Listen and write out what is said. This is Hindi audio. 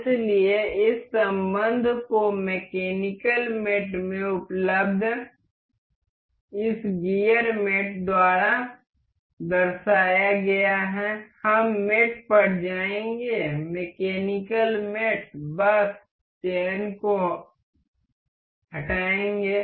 इसलिए इस संबंध को मैकेनिकल मेट में उपलब्ध इस गियर मेट द्वारा दर्शाया गया है हम मेट पर जाएंगे मैकेनिकल मेट बस चयन को हटाएंगे